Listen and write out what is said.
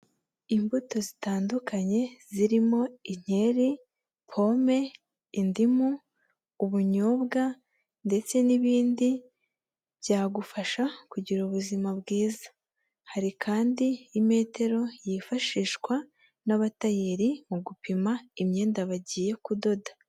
Imbuto zitandukanye zirimo inkeri, pome, indimu, ubunyobwa ndetse n'ibindi byagufasha kugira ubuzima bwiza. Hari kandi imetero yifashishwa n'abatayeri mu gupima imyenda bagiye kudoda.